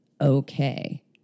okay